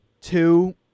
two